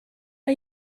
are